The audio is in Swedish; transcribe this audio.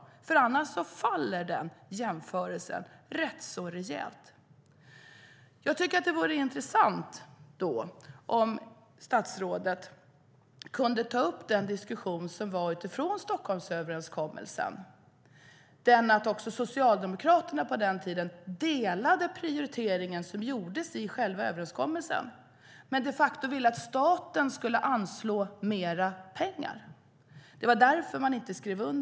Annars faller den jämförelsen rätt rejält. Det vore intressant om statsrådet kunde ta upp den diskussion som var utifrån Stockholmsöverenskommelsen. På den tiden stödde Socialdemokraterna prioriteringen som gjordes i själva överenskommelsen men ville de facto att staten skulle anslå mer pengar. Det var därför man inte skrev under.